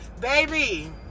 baby